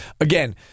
Again